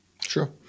Sure